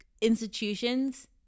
institutions